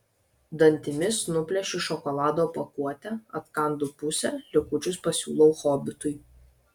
dantimis nuplėšiu šokolado pakuotę atkandu pusę likučius pasiūlau hobitui